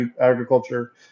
agriculture